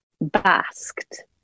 basked